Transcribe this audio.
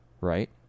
right